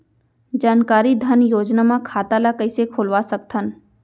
जानकारी धन योजना म खाता ल कइसे खोलवा सकथन?